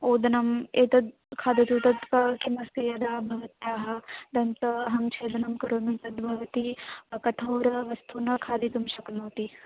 ओदनम् एतद् खादतु तत् खादतु नास्ति यदा भवत्याः दन्तम् अहं छेदनं करोमि तद् भवती कठोरवस्तुः न खादितुं शक्नोति